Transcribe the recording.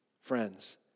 friends